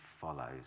follows